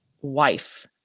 wife